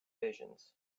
visions